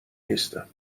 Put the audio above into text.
نیستم